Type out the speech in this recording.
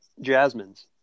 Jasmine's